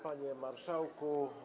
Panie Marszałku!